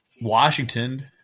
Washington